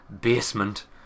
basement